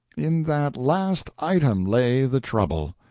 in that last item lay the trouble.